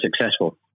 successful